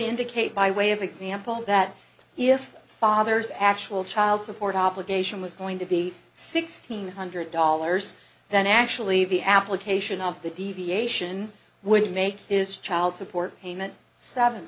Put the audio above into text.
indicate by way of example that if fathers actual child support obligation was going to be sixteen hundred dollars then actually the application of the deviation would make his child support payment seven